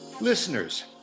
Listeners